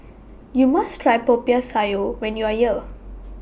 YOU must Try Popiah Sayur when YOU Are here